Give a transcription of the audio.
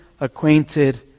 acquainted